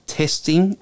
testing